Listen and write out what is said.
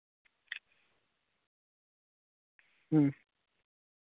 ᱦᱩᱸ